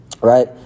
right